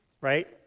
Right